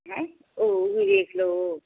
ਹੈਂ ਉਹ ਵੀ ਦੇਖ ਲਓ